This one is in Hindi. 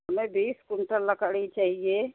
हमें बीस कुंटल लकड़ी चाहिए